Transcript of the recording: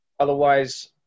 Otherwise